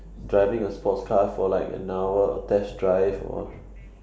driving a sports car for like an hour or test drive or